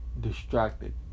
distracted